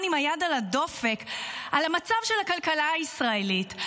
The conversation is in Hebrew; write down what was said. עם היד על הדופק על המצב של הכלכלה הישראלית,